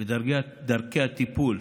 ודרכי הטיפול,